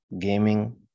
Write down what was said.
gaming